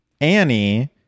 Annie